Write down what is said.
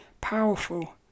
powerful